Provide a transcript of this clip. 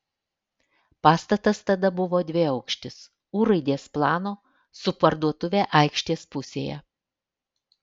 pastatas tada buvo dviaukštis u raidės plano su parduotuve aikštės pusėje